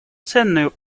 ценные